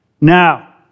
Now